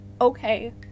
Okay